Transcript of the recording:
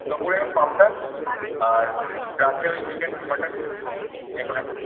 দুপুরে পাবদা আর রাত্রে ওই চিকেন মাটন যে কোনো একটা হবে